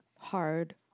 hard